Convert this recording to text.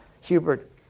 Hubert